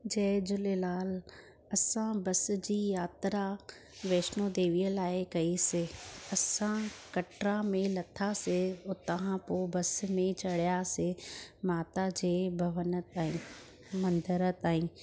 जय झूलेलाल असां बस जी यात्रा वैष्णो देवीअ लाइ कईसीं असां कटरा में लथासीं उतां खां पोइ बस में चड़ियासीं माता जे भवन ताईं मंदर ताईं